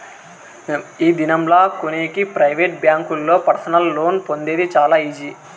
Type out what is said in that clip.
ఈ దినం లా కొనేకి ప్రైవేట్ బ్యాంకుల్లో పర్సనల్ లోన్ పొందేది చాలా ఈజీ